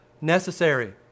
necessary